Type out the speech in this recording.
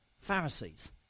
Pharisees